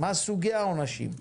מה סוגי העונשים?